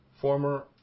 former